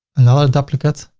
another duplicate,